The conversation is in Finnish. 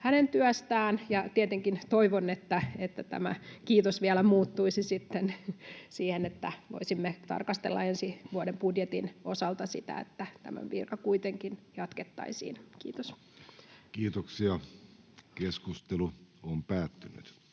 hänen työstään, ja tietenkin toivon, että tämä kiitos vielä muuttuisi sitten siihen, että voisimme tarkastella ensi vuoden budjetin osalta, että tätä virkaa kuitenkin jatkettaisiin. — Kiitos.